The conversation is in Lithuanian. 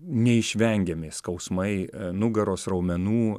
neišvengiami skausmai nugaros raumenų